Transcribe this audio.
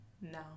No